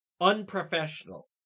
unprofessional